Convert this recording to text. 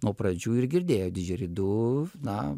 nuo pradžių ir girdėjo dižeridu na